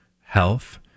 health